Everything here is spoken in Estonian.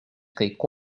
kõik